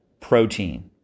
Protein